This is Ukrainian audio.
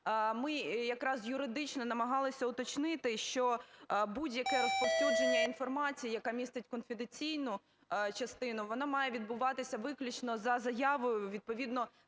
ми якраз юридично намагалися уточнити, що будь-яке розповсюдження інформації, яка містить конфіденційну частину, воно має відбуватися виключно за заявою. Відповідно